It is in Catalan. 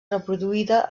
reproduïda